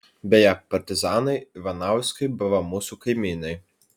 beje partizanai ivanauskai buvo mūsų kaimynai